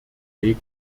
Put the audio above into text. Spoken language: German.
weg